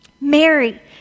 Mary